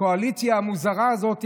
הקואליציה המוזרה הזאת,